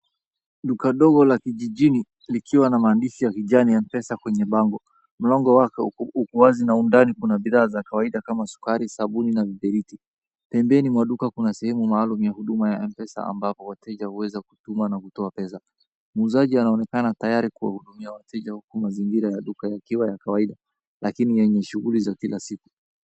Duka dogo la kijijini likiwa na maandishi ya kijani ya MPESa kwenye bango. Mlango wake uko wazi na undani kuna bidha za kawaida kama sukari, sabuni na vibiriti. Pembeni mwa duka kuna sehemu maalumu ya huduma ya MPESA ambapo wateja huweza kutuma na kutoa pesa. Muuzaji anaonekana tayari kuwahudumia wateja huku mazingira ya duka yakiwa ya kawaida lakini yenye shughuli za kila siku.